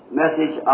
message